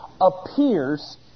appears